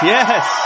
Yes